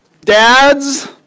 dads